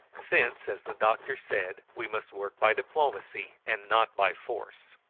since, as the doctor said, we must work by diplomacy and not by force.